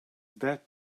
that